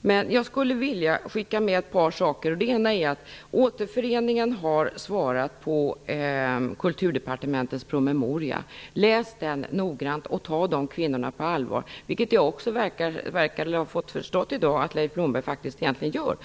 Men jag skulle vilja skicka med ett par saker. Det ena är att Återföreningen har svarat på Kulturdepartementets promemoria. Läs den noggrant och ta de här kvinnorna på allvar! Jag har förstått i dag att Leif Blomberg faktiskt gör det.